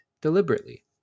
deliberately